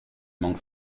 among